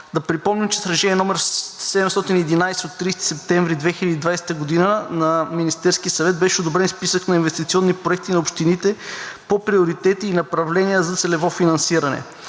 Да припомним, че с Решение № 711 от 30 септември 2022 г. на Министерския съвет беше одобрен Списък на инвестиционни проекти на общините по приоритети и направления за целево финансиране.